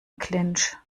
clinch